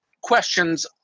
questions